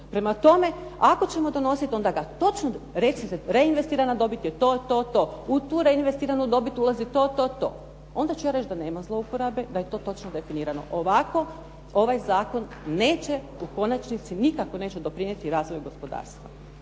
Prema tome, ako ćemo donositi onda ga točno reinvestirana dobit je to, to, to. U tu reinvestiranu dobit ulazi to, to, to. Onda ću ja reći da nema zlouporabe, da je to točno definirano. Ovako ovaj zakon neće u konačnici, nikako neće doprinijeti razvoju gospodarstva.